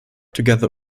together